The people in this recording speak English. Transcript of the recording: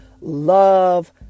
love